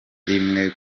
rimwe